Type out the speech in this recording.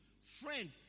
friend